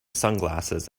sunglasses